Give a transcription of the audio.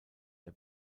der